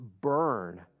burn